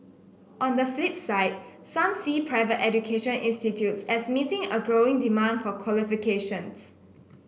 on the flip side some see private education institutes as meeting a growing demand for qualifications